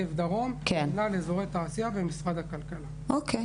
ועידן הנגב הוריד את האבטלה הזאתי (מראש המפעלים